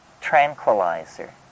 tranquilizer